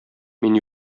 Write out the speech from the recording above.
мин